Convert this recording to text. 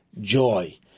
joy